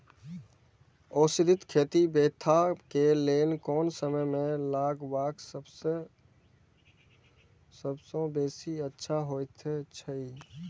औषधि खेती मेंथा के लेल कोन समय में लगवाक सबसँ बेसी अच्छा होयत अछि?